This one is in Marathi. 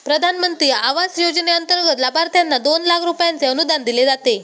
प्रधानमंत्री आवास योजनेंतर्गत लाभार्थ्यांना दोन लाख रुपयांचे अनुदान दिले जाते